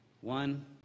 one